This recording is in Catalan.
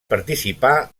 participà